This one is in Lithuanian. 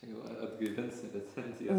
tai va atgaivins recenzijas